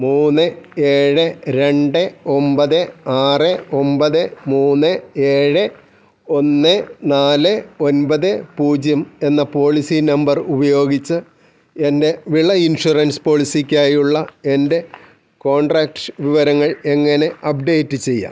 മൂന്ന് ഏഴ് രണ്ട് ഒൻപത് ആറ് ഒൻപത് മൂന്ന് ഏഴ് ഒന്ന് നാല് ഒൻപത് പൂജ്യം എന്ന പോളിസി നമ്പർ ഉപയോഗിച്ച് എൻ്റെ വിള ഇൻഷുറൻസ് പോളിസിക്കായുള്ള എൻ്റെ കോൺട്രാക്റ്റ് വിവരങ്ങൾ എങ്ങനെ അപ്ഡേറ്റ് ചെയ്യാം